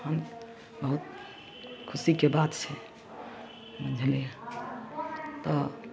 हम बहुत खुशीके बात छै बुझलिए तऽ